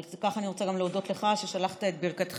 על כך אני רוצה גם להודות לך ששלחת את ברכתך,